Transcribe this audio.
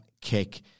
kick